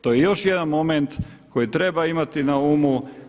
To je još jedan moment kojeg treba imati na umu.